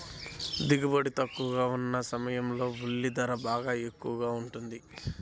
దిగుబడి తక్కువగా ఉన్న సమయాల్లో ఉల్లి ధర బాగా ఎక్కువగా ఉంటుంది